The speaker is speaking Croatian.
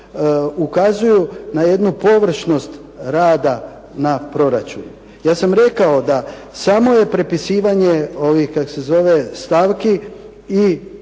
ukazuju na jednu površnost rada na proračunu. Ja sam rekao da samo je prepisivanje ovih kako